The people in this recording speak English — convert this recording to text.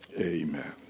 Amen